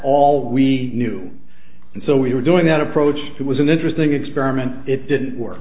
all we knew and so we were doing that approach it was an interesting experiment it didn't work